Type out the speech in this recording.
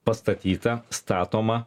pastatyta statoma